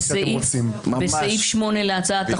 בסעיף 8 להצעת החוק,